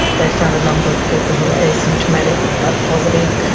they found a number of people who were asymptomatic but positive.